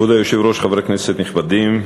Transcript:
כבוד היושב-ראש, חברי כנסת נכבדים,